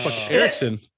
erickson